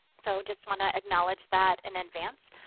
so just wanna acknowledge that in advance.